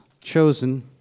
chosen